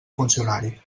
funcionari